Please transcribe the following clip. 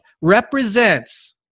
represents